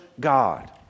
God